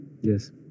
Yes